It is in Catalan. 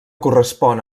correspon